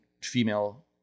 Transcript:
female